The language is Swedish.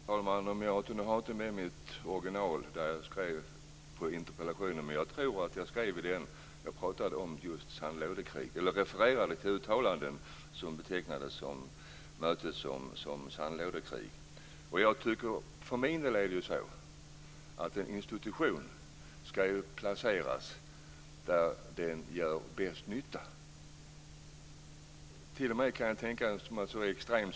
Fru talman! Jag har inte tagit med mig min interpellation. Men jag tror att jag i den refererade till uttalanden där mötet betecknades som sandlådekrig. För min del är det så att en institution ska placeras där den gör bäst nytta.